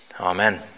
amen